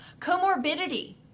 comorbidity